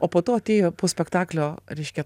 o po to atėjo po spektaklio reiškia